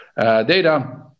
data